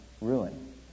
ruin